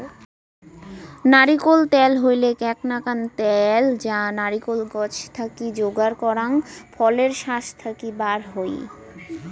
নারিকোল ত্যাল হইলেক এ্যাক নাকান ত্যাল যা নারিকোল গছ থাকি যোগার করাং ফলের শাস থাকি বার হই